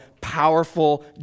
powerful